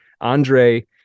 Andre